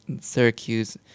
Syracuse